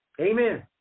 Amen